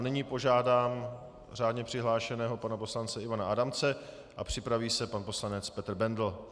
Nyní požádám řádně přihlášeného pana poslance Ivana Adamce, připraví se pan poslanec Petr Bendl.